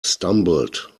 stumbled